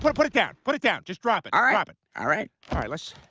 put put it down put it down just drop it. all right happen. all right tireless.